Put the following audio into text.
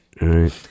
Right